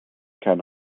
can